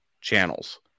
channels